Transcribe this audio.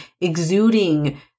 exuding